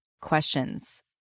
questions